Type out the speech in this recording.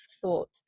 thought